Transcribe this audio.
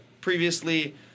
previously